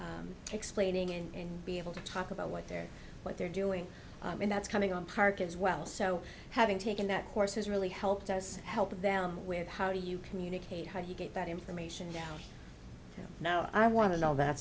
some explaining and be able to talk about what they're what they're doing and that's coming on park as well so having taken that course has really helped us help them with how do you communicate how you get that information down now i want to know that